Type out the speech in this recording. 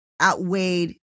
outweighed